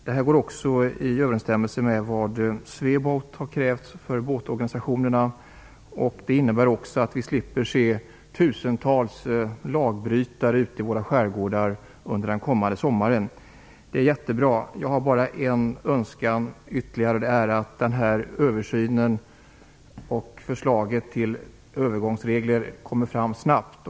Detta står också i överensstämmelse med vad Sweboat, Båtbranschens riksförbund, har krävt för båtorganisationerna och det innebär också att vi slipper se tusentals lagbrytare ute i våra skärgårdar under den kommande sommaren. Det är jättebra. Jag har bara en önskan ytterligare. Det är att översynen och förslaget till övergångsregel kommer fram snabbt.